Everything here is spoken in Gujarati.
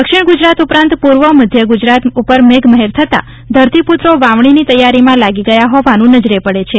દક્ષિણ ગુજરાત ઉપરાંત પૂર્વ મધ્ય ગુજરાત ઉપર મેઘમહેર થતાં ધરતીપુત્રો વાવણીની તૈયારીમાં લાગી ગયા હોવાનું નજરે પડે છે